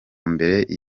mbere